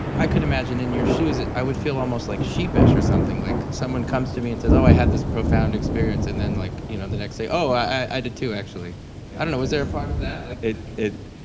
i could imagine in your shoes i would feel almost like sheepish or something. like someone comes to me and says, oh, i had this profound experience, and then like, you know the next day, oh i did too actually i don't know, was there a part of that? it, it,